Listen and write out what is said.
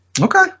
Okay